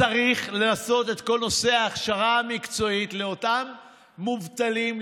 צריך לעשות את כל נושא ההכשרה המקצועית לאותם מובטלים,